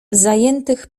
zajętych